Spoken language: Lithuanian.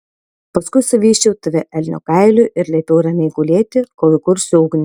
paskui suvysčiau tave elnio kailiu ir liepiau ramiai gulėti kol įkursiu ugnį